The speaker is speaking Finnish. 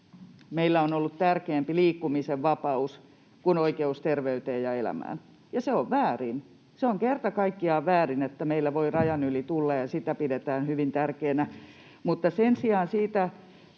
meillä on ollut tärkeämpää liikkumisen vapaus kuin oikeus terveyteen ja elämään, ja se on väärin. Se on kerta kaikkiaan väärin, että meillä voi rajan yli tulla ja sitä pidetään hyvin tärkeänä. Mutta sen sijaan siitä